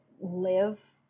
live